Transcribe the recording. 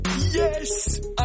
Yes